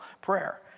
prayer